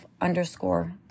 underscore